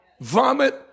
vomit